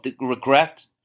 regret